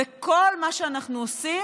וכל מה שאנחנו עושים